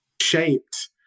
shaped